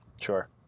Sure